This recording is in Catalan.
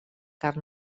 car